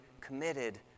committed